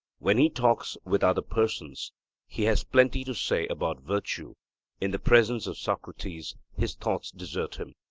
when he talks with other persons he has plenty to say about virtue in the presence of socrates, his thoughts desert him.